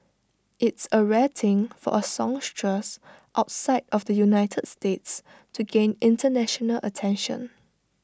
it's A rare thing for A songstress outside of the united states to gain International attention